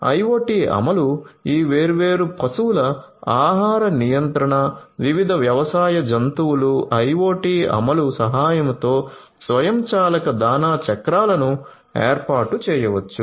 IoT అమలు ఈ వేర్వేరు పశువుల ఆహార నియంత్రణ వివిధ వ్యవసాయ జంతువులు IoT అమలు సహాయంతో స్వయంచాలక దాణా చక్రాలను ఏర్పాటు చేయవచ్చు